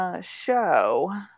show